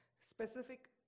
specific